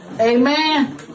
amen